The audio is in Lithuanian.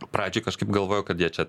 pradžiai kažkaip galvojau kad jie čia